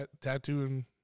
tattooing